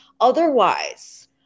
Otherwise